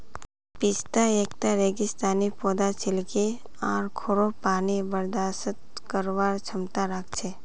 पिस्ता एकता रेगिस्तानी पौधा छिके आर खोरो पानी बर्दाश्त करवार क्षमता राख छे